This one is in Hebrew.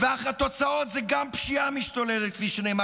התוצאות הן גם פשיעה משתוללת, כפי שנאמר.